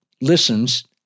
listens